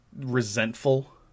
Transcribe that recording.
resentful